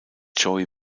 joey